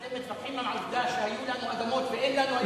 אתם מתווכחים עם העובדה שהיו לנו אדמות ואין לנו היום?